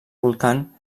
voltant